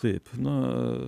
taip na